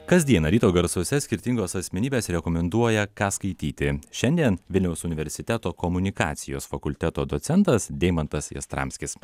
kasdieną ryto garsuose skirtingos asmenybės rekomenduoja ką skaityti šiandien vilniaus universiteto komunikacijos fakulteto docentas deimantas jastramskis